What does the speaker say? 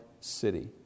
city